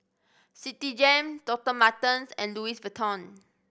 Citigem Doctor Martens and Louis Vuitton